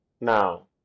now